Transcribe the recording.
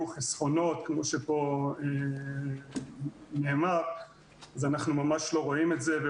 חסכונות כמו שפה נאמר אז אנחנו ממש לא רואים את זה.